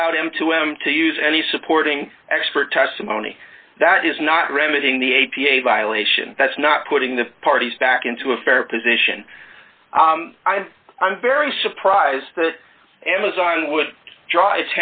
allowed him to m to use any supporting expert testimony that is not remedying the a p a violation that's not putting the parties back into a fair position i'm very surprised amazon w